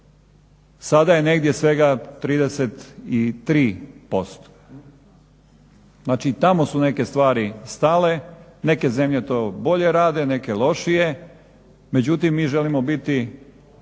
Sada je negdje svega 33%. Znači i tamo su neke stvari stale, neke zemlje to bolje rade, neke lošije, međutim mi želimo biti